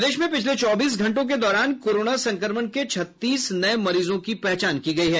प्रदेश में पिछले चौबीस घंटों के दौरान कोरोना संक्रमण के छत्तीस नये मरीजों की पहचान की गयी है